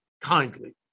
kindly